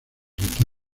hasta